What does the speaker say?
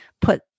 put